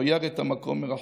"וירא את המקום מרחוק".